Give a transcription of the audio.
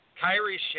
Kyrie